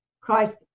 Christ